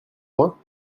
moi